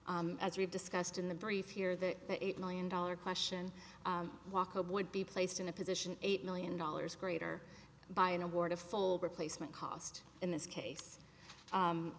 as we've discussed in the brief here that the eight million dollar question walkable would be placed in a position of eight million dollars greater by an award of full replacement cost in this